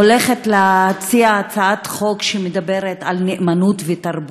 הולכת להציע הצעת חוק שמדברת על נאמנות ותרבות.